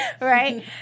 right